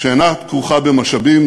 שאינה כרוכה במשאבים,